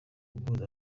uguhuza